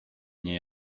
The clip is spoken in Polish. nie